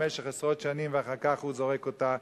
במשך עשרות שנים ואחר כך הוא זורק אותה,